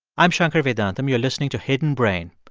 i'm shankar vedantam. you're listening to hidden brain.